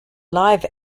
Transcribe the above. live